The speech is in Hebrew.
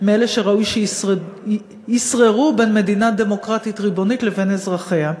מאלה שראוי שישררו בין מדינה דמוקרטית ריבונית לבין אזרחיה.